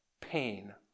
pain